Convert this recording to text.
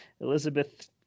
Elizabeth